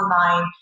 online